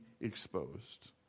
exposed